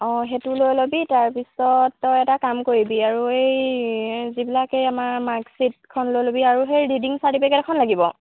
অঁ সেইটো লৈ ল'বি তাৰপিছত তই এটা কাম কৰিবি আৰু এই যিবিলাক এই আমাৰ মাৰ্কশ্বিটখন লৈ ল'বি আৰু সেই ৰিডিং চাৰ্টিফিকেটখন লাগিব